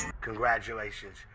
Congratulations